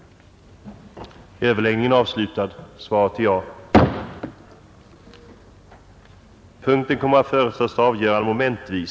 Överläggningen var härmed slutad.